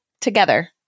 together